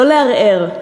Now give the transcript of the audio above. לא לערער.